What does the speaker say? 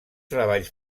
treballs